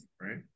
right